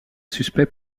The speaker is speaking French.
suspect